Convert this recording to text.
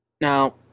Now